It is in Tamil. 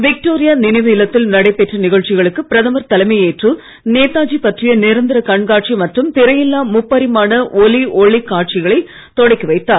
விக்டோரியா நினைவு இல்லத்தில் நடைபெறும் நிகழ்ச்சிகளுக்கு பிரதமர் தலைமை ஏற்று நேதாஜி பற்றிய நிரந்தர கண்காட்சி மற்றும் திரையில்லா முப்பரிமாண ஒலி ஒளிக் காட்சியைத் தொடக்கி வைத்தார்